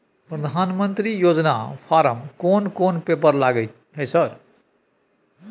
प्रधानमंत्री योजना फारम कोन कोन पेपर लगतै है सर?